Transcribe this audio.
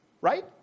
Right